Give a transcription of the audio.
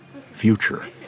future